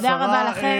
תודה רבה לכם.